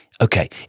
Okay